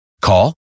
Call